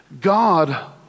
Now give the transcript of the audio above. God